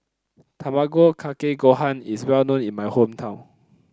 Tamago Kake Gohan is well known in my hometown